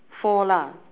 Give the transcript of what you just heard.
four lah